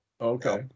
Okay